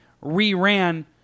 re-ran